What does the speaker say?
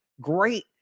great